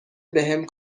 بهم